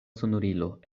sonorilo